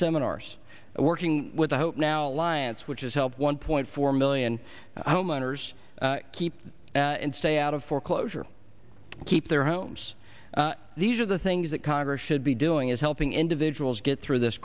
seminars working with the hope now alliance which is help one point four million homeowners keep and stay out of foreclosure keep their homes these are the things that congress should be doing is helping individuals get through this